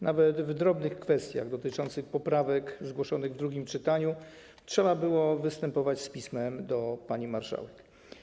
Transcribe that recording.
Nawet w drobnych kwestiach dotyczących poprawek zgłoszonych w drugim czytaniu trzeba było występować z pismem do pani marszałek.